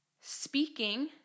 speaking